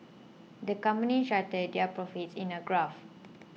the company charted their profits in a graph